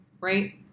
right